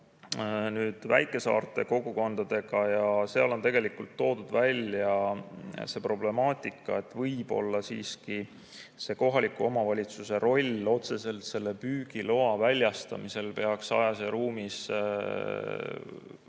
ka väikesaarte kogukondadega. Tegelikult on toodud välja problemaatika, et võib-olla siiski kohaliku omavalitsuse roll otseselt selle püügiloa väljastamisel peaks ajas ja ruumis vähenema.